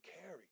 carry